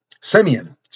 Simeon